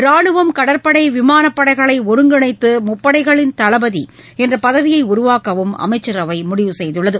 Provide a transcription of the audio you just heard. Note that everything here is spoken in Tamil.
ராணுவம் கடற்படை விமானப் படைகளை ஒருங்கிணைத்து முப்படைகளின் தளபதி என்ற பதவியை உருவாக்கவும் அமைச்சரவை முடிவு செய்துள்ளது